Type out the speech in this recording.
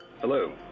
Hello